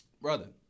Brother